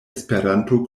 esperanto